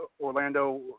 Orlando